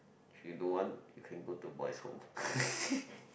if you don't want you can go to boys home